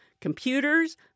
Computers